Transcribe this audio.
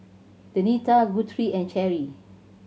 Denita Guthrie and Cheri